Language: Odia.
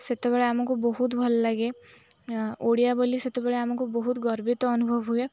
ସେତେବେଳେ ଆମକୁ ବହୁତ ଭଲ ଲାଗେ ଓଡ଼ିଆ ବୋଲି ସେତେବେଳେ ଆମକୁ ବହୁତ ଗର୍ବିତ ଅନୁଭବ ହୁଏ